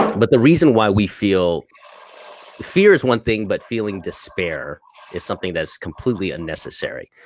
but the reason why we feel fear is one thing, but feeling despair is something that's completely unnecessary.